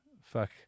fuck